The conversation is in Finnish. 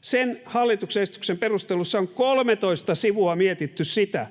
sen hallituksen esityksen perusteluissa on 13 sivua mietitty sitä,